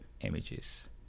images